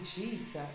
Jesus